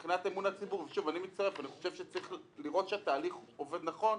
אני חושב שצריך לראות שהתהליך עובד נכון.